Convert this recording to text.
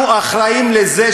אנחנו אחראים לזה,